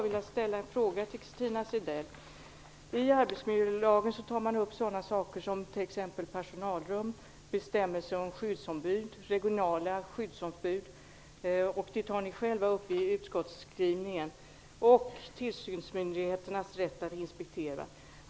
I arbetsmiljölagen tar man upp sådana saker som t.ex. personalrum, bestämmelser om skyddsombud och regionala skyddsombud samt tillsynsmyndigheternas rätt att inspektera. Ni tar själva upp detta i utskottsskrivningen.